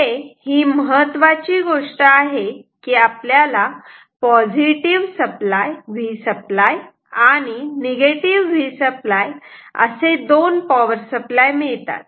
इथे ही महत्त्वाची गोष्ट आहे कि आपल्याला Vsupply आणि Vsupply असे दोन पॉवर सप्लाय मिळतात